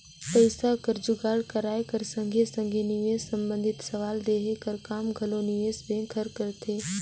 पइसा कर जुगाड़ कराए कर संघे संघे निवेस संबंधी सलाव देहे कर काम घलो निवेस बेंक हर करथे